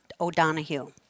O'Donohue